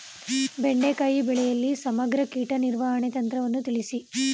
ಬೆಂಡೆಕಾಯಿ ಬೆಳೆಯಲ್ಲಿ ಸಮಗ್ರ ಕೀಟ ನಿರ್ವಹಣೆ ತಂತ್ರವನ್ನು ತಿಳಿಸಿ?